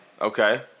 okay